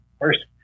first